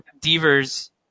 Devers